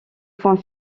point